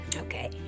okay